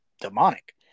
demonic